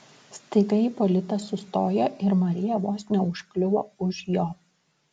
staiga ipolitas sustojo ir marija vos neužkliuvo už jo